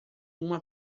uma